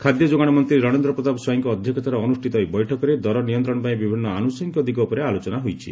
ଖାଦ୍ୟ ଯୋଗାଣ ମନ୍ତୀ ରଣେନ୍ର ପ୍ରତାପ ସ୍ୱାଇଁଙ୍କ ଅଧ୍ୟକ୍ଷତାରେ ଅନୁଷ୍ଟିତ ଏହି ବୈଠକରେ ଦର ନିୟନ୍ତଶ ପାଇଁ ବିଭିନ୍ ଆନୁଷଙ୍ଗିକ ଦିଗ ଉପରେ ଆଲୋଚନା ହୋଇଛି